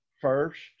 first